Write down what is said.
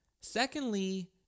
Secondly